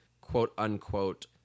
quote-unquote